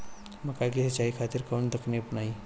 मकई के सिंचाई खातिर कवन तकनीक अपनाई?